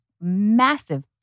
massive